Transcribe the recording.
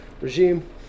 regime